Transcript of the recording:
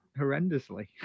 horrendously